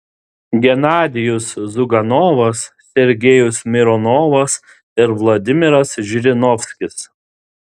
genadijus ziuganovas sergejus mironovas ir vladimiras žirinovskis